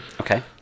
okay